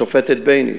השופטת בייניש.